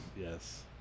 Yes